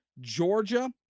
Georgia